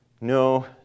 No